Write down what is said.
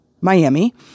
Miami